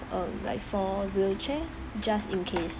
um like four wheelchair just in case